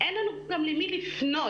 אין לנו גם למי לפנות.